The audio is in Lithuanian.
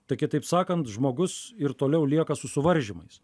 tai kitaip sakant žmogus ir toliau lieka su suvaržymais